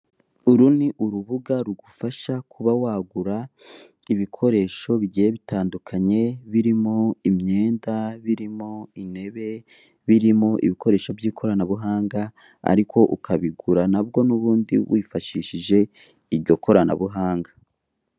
Uru ni urubuga rugufasha kuba wagura ibikoresho bigiye bitandukanye birimo imyenda, birimo intebe, birimo ibikoresho by'ikoranabuhanga ariko ukabigura nabwo nubundi, wifashishije iryo koranabuhanga